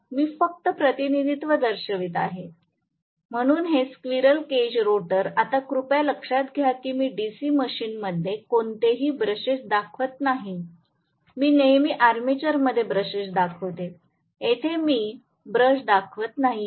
मी फक्त प्रतिनिधित्व दर्शवित आहे म्हणून हे स्क्विरल केज रोटर आता कृपया लक्षात घ्या मी डीसी मशीनमध्ये कोणतेही ब्रशेस दर्शवित नाही मी नेहमी आर्मेचरमध्ये ब्रशेस दाखविते येथे मी ब्रश दाखवत नाहीये